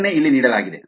ಅದನ್ನೇ ಇಲ್ಲಿ ನೀಡಲಾಗಿದೆ